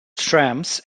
trams